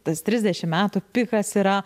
tas trisdešimt metų pikas yra